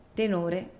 tenore